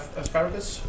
asparagus